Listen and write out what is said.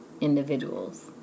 individuals